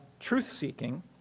truth-seeking